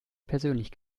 persönlich